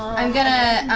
i'm going to